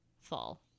fall